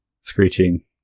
screeching